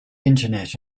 internet